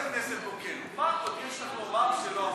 הכנסת בוקר, מה עוד יש לך לומר שלא אמרת?